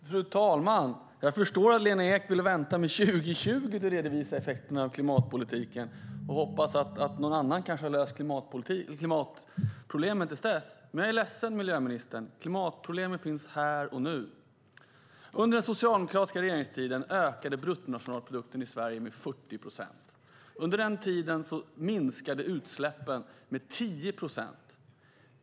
Fru talman! Jag förstår att Lena Ek vill vänta till 2020 med att redovisa effekterna av klimatpolitiken. Hon hoppas kanske att någon annan har löst klimatproblemen till dess. Men jag är ledsen, miljöministern. Klimatproblemen finns här och nu. Under den socialdemokratiska regeringstiden ökade bruttonationalprodukten i Sverige med 40 procent. Under den tiden minskade utsläppen med 10 procent.